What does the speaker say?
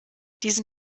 diesen